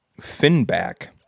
Finback